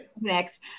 Next